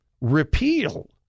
repeal